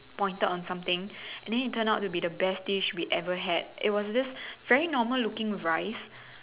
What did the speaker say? pointed on something and then it turned out to be the best dish we ever had it was this very normal looking rice